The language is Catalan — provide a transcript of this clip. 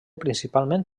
principalment